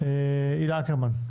הילה אקרמן,